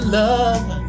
love